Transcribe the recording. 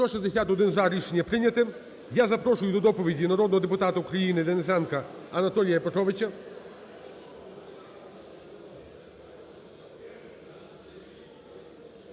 За-161 Рішення прийнято. Я запрошую до доповіді народного депутата України Денисенка Анатолія Петровича.